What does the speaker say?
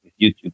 YouTube